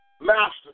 Master